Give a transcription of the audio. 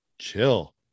Chill